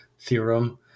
theorem